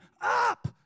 up